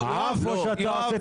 עף או שאתה עושה תהליך של קריאות?